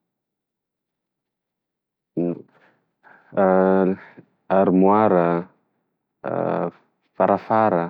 ino koa armoara, farafara.